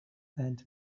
and